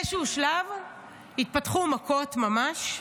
באיזשהו שלב התפתחו מכות ממש,